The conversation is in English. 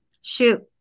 Shoot